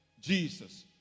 Jesus